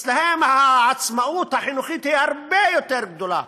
אצלם העצמאות החינוכית היא הרבה יותר גדולה,